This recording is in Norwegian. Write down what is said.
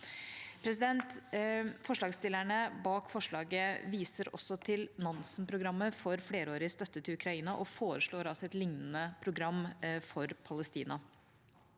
støtten. Forslagsstillerne viser også til Nansen-programmet for flerårig støtte til Ukraina og foreslår et lignende program for Palestina.